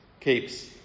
keeps